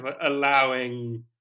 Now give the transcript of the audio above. allowing